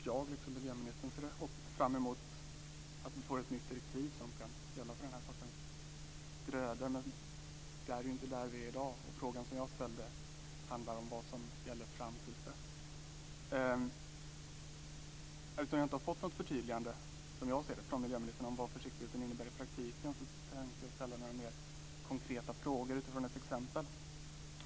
Fru talman! Jag liksom miljöministern ser fram emot att vi får ett nytt direktiv som kan gälla för den här sortens grödor. Men det är ju inte där vi är i dag. Frågan som jag ställde handlar om vad som gäller fram till dess. Eftersom jag inte har fått något förtydligande, som jag ser det, från miljöministern om vad försiktigheten innebär i praktiken, tänkte jag ställa några mer konkreta frågor utifrån ett konkret exempel.